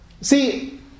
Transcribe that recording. see